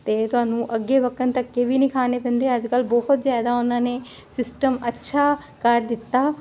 ਤੇ ਤੁਹਾਨੂੰ ਅੱਗੇ ਵਕਣ ਧੱਕੇ ਵੀ ਨਹੀਂ ਖਾਣੇ ਪੈਂਦੇ ਅੱਜ ਕੱਲ ਬਹੁਤ ਜਿਆਦਾ ਉਹਨਾਂ ਨੇ ਸਿਸਟਮ ਅੱਛਾ ਕਰ ਦਿੱਤਾ